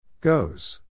Goes